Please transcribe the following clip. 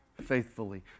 faithfully